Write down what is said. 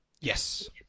Yes